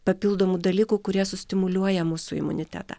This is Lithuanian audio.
papildomų dalykų kurie sustimuliuoja mūsų imunitetą